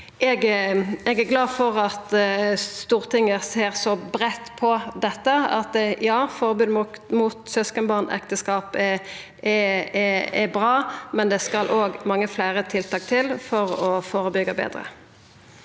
Eg er glad for at Stortinget ser så breitt på dette. Ja, forbod mot søskenbarnekteskap er bra, men det skal òg mange fleire tiltak til for å førebyggja betre.